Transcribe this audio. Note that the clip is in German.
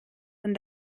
man